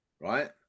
right